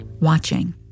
watching